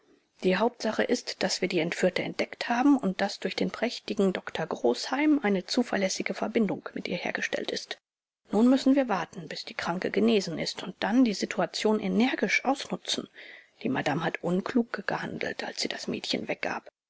die hauptsache ist daß wir die entführte entdeckt haben und daß durch den prächtigen doktor großheim eine zuverlässige verbindung mit ihr hergestellt ist nun müssen wir warten bis die kranke genesen ist und dann die situation energisch ausnutzen die madame hat unklug gehandelt als sie das mädchen weggab